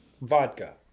vodka